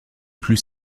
plus